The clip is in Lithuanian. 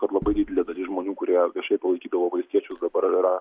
kad labai didelė dalis žmonių kurie šiaip palaikydavo valstiečius dabar yra